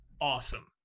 Awesome